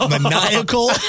maniacal